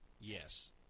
yes